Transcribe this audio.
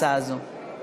התשע"ז 2017, לא אושרה.